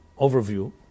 overview